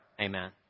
Amen